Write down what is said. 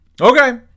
Okay